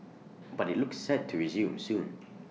but IT looks set to resume soon